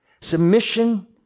submission